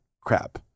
crap